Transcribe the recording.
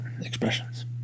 expressions